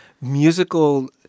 musical